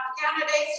candidates